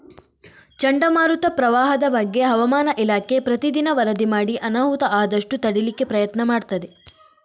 ಚಂಡಮಾರುತ, ಪ್ರವಾಹದ ಬಗ್ಗೆ ಹವಾಮಾನ ಇಲಾಖೆ ಪ್ರತೀ ದಿನ ವರದಿ ಮಾಡಿ ಅನಾಹುತ ಆದಷ್ಟು ತಡೀಲಿಕ್ಕೆ ಪ್ರಯತ್ನ ಮಾಡ್ತದೆ